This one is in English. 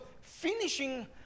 finishing